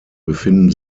befinden